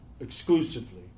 exclusively